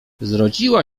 zrodziła